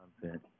content